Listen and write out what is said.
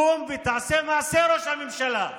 קום ותעשה מעשה, ראש הממשלה.